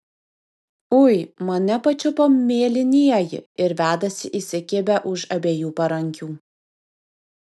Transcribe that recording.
ui mane pačiupo mėlynieji ir vedasi įsikibę už abiejų parankių